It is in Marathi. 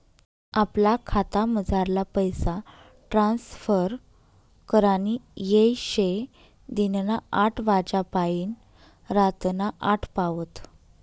आपला खातामझारला पैसा ट्रांसफर करानी येय शे दिनना आठ वाज्यापायीन रातना आठ पावत